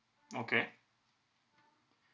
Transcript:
okay